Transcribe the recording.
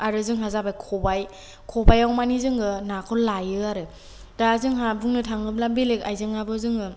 आरो जोंहा जाबाय खबाइ खबाइआव मानि जोङो नाखौ लायो आरो दा जोंहा बुंनो थाङोब्ला बेलेग आइजेंआबो जोङो